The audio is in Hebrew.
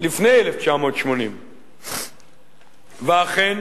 לפני 1980. ואכן,